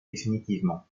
définitivement